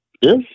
yes